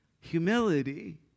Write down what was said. Humility